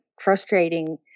frustrating